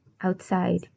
outside